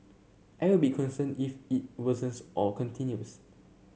I would be concerned if it worsens or continues